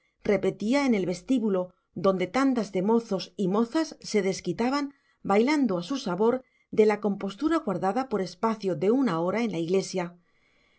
repetía en el vestíbulo donde tandas de mozos y mozas se desquitaban bailando a su sabor de la compostura guardada por espacio de una hora en la iglesia y